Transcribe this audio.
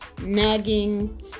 nagging